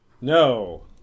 No